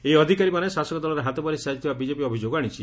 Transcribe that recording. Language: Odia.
ଏହି ଅଧିକାରୀମାନେ ଶାସକ ଦଳର ହାତବାରିସୀ ସାଜିଥିବା ବିଜେପି ଅଭିଯୋଗ ଆଣିଛି